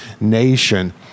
nation